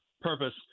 purpose